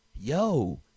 yo